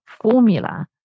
formula